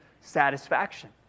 satisfaction